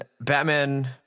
Batman